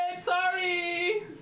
Sorry